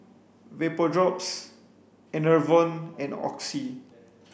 Vapodrops Enervon and Oxy